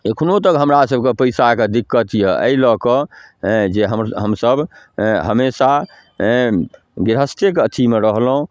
एखनो तक हमरासभके पइसाके दिक्कत अइ एहि लऽ कऽ हेँ जे हमसभ हमेशा हेँ गिरहस्थेके अथीमे रहलहुँ